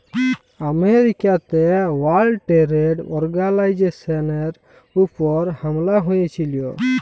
আমেরিকাতে World Trade অর্গালাইজেশলের উপর হামলা হঁয়েছিল